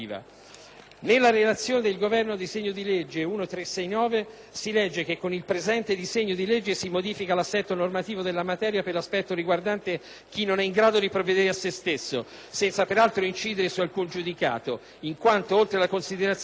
nella relazione del Governo al disegno di legge n. 1369 si legge che: "con il presente disegno di legge si modifica l'assetto normativo della materia per l'aspetto riguardante chi non è in grado di provvedere a se stesso, senza peraltro incidere su alcun giudicato, in quanto, oltre alla considerazione